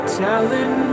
telling